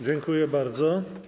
Dziękuję bardzo.